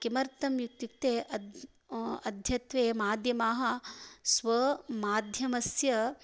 किमर्थम् इत्युक्ते अद्यत्वे माध्यमाः स्वमाध्यमस्य